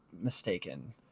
mistaken